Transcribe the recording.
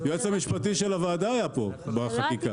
היועץ המשפטי של הוועדה היה פה בחקיקה.